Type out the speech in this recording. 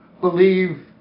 believe